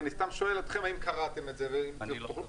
אני שואל אתכם האם קראתם את זה -- אני לא.